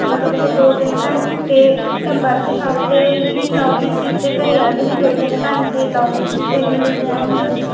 ਮਤਲਬ ਕਿ ਦੋ ਤਿੰਨ ਘੰਟੇ ਵਰਕਸ਼ਾਪ 'ਤੇ ਵੀ ਲਾਉਂਦੀ ਸੀ ਅਤੇ ਘਰ ਆ ਕੇ ਵੀ ਦੋ ਤਿੰਨ ਘੰਟੇ ਲਾਉਂਦੀ ਸੀ ਅਤੇ ਮੇਰੀ ਡਰੈਂਗ